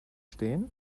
stehen